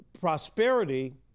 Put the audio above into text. prosperity